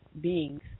beings